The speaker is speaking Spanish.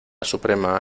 suprema